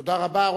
תודה רבה.